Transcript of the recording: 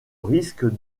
risque